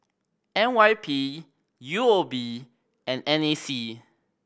N Y P U O B and N A C